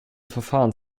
verfahren